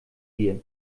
wir